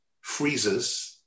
freezes